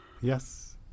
Yes